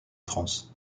france